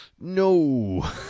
No